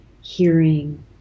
hearing